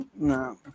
No